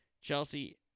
Chelsea